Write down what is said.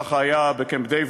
כך היה בקמפ-דייוויד,